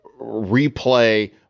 replay